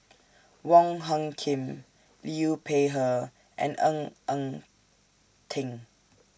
Wong Hung Khim Liu Peihe and Ng Eng Teng